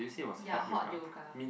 ya hot yoga